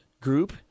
Group